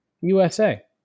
USA